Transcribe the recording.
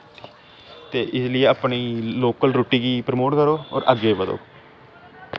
ते इस लेई अपनी लोकल रुट्टी गी परमोट करो ते अग्गे बधो